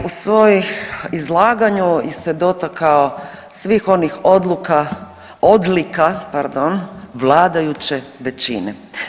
U svojem izlaganju se dotakao svih onih odluka, odlika pardon vladajuće većine.